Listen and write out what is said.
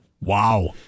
Wow